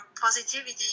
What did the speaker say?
positivity